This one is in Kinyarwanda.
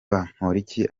bamporiki